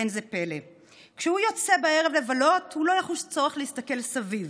אין זה פלא שכשהוא יוצא בערב לבלות הוא לא יחוש צורך להסתכל סביב.